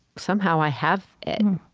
somehow, i have it.